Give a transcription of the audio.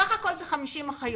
בסך הכול, 50 אחיות.